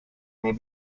may